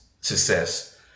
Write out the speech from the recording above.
success